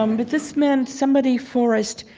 um but this man, somebody forrest,